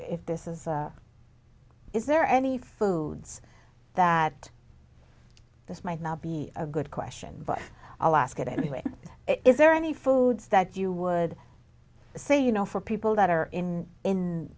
if this is is there any foods that this might not be a good question but i'll ask it anyway is there any foods that you would say you know for people that are in in